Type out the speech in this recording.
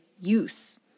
use